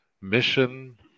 mission